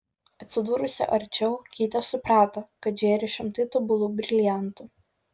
atsidūrusi arčiau keitė suprato kad žėri šimtai tobulų briliantų